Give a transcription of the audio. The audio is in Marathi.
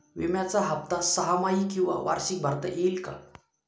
विम्याचा हफ्ता सहामाही किंवा वार्षिक भरता येईल का?